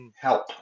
Help